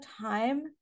time